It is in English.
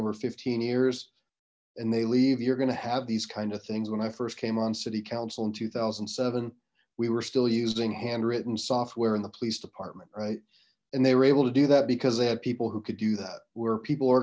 over fifteen years and they leave you're gonna have these kind of things when i first came on city council in two thousand and seven we were still using handwritten software in the police department right and they were able to do that because they had people who could do that where people